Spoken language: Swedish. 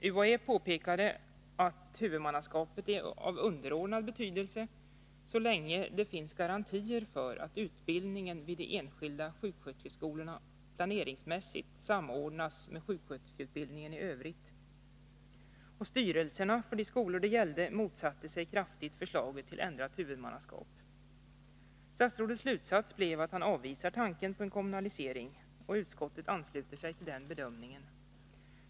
UHÄ påpekade att huvudmannaskapet är av underordnad betydelse så länge det finns garantier för att utbildningen vid de enskilda sjuksköterskeskolorna planeringsmässigt samordnas med sjuksköterskeutbildningen i övrigt. Styrelserna för de skolor det gällde motsatte sig kraftigt förslaget till ändrat huvudmannaskap. Statsrådets slutsats blev att han avvisar tanken på en kommunalisering, och utskottet ansluter sig till den bedömningen.